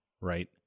right